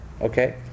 okay